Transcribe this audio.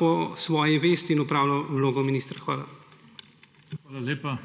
po svoji vesti opravljal vlogo ministra. Hvala.